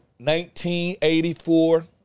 1984